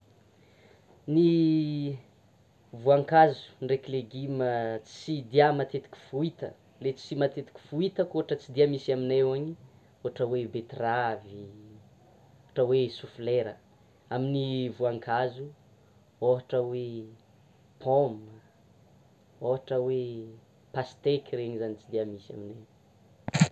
Ny voankazo ndreky legioma tsy dia matetika foita, le tsika matetika foita fô ohatra tsy de misy aminay, ohatra hoe: betterave, ohatra hoe choux fleurs; amin'ny voankazo: ohatra paoma, ohatra hoe pasteky reny zany tsy dia misy aminay